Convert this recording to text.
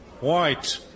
white